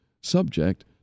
subject